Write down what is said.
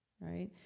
Right